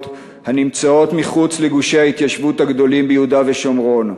הנמצאות מחוץ לגושי ההתיישבות הגדולים ביהודה ושומרון.